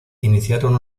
iniciaron